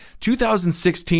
2016